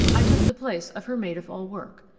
i took the place of her maid-of-all-work.